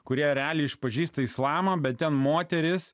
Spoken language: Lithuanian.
kurie realiai išpažįsta islamą bet ten moterys